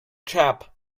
chap